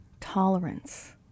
tolerance